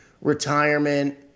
retirement